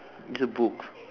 it's a book